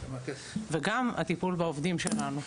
וגם הטיפול בעובדים שנו,